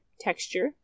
texture